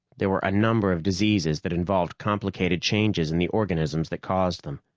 there were a number of diseases that involved complicated changes in the organisms that caused them.